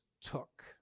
took